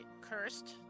cursed